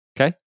Okay